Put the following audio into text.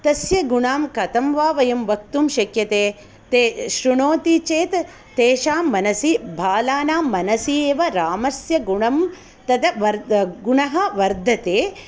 तस्य गुणां कथं वा वयं वक्तुं शक्यते ते श्रुणोति चेत् तेषां मनसि बालानां मनसि एव रामस्य गुणं तद् गुणः वर्धते